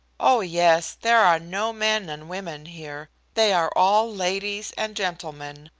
oh yes, there are no men and women here. they are all ladies and gentlemen,